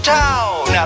town